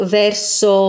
verso